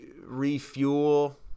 refuel